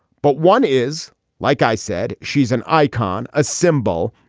but one is like i said, she's an icon, a symbol,